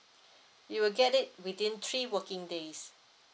you will get it within three working days